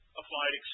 applied